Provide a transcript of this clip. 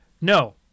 no